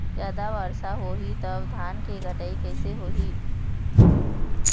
जादा वर्षा होही तब धान के कटाई कैसे होही?